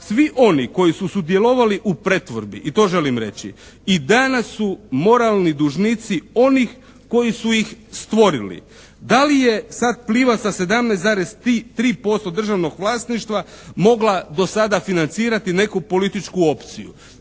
Svi oni koji su sudjelovali u pretvorbi i to želim reći i danas su moralni dužnici onih koji su ih stvorili. Da li je sad "Pliva" sa 17,3% državnog vlasništva mogla do sada financirati neku političku opciju?